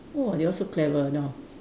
!wow! you all so clever nowadays